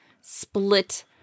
split